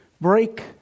break